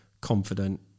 confident